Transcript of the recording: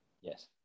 yes